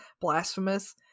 blasphemous